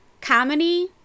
comedy